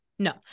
No